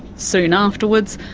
soon afterwards,